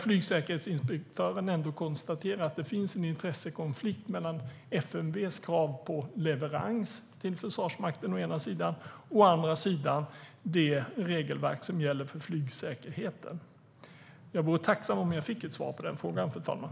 Flygsäkerhetsinspektören konstaterar att det finns en intressekonflikt mellan å ena sidan FMV:s krav på leverans till Försvarsmakten och å andra sidan de regelverk som gäller för flygsäkerheten. Jag vore tacksam om jag fick ett svar på den frågan, fru talman.